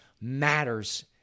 matters